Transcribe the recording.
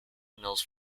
mills